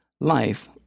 life